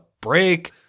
break